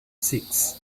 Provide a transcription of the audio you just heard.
six